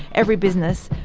every business,